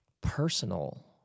personal